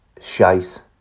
shite